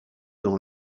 dans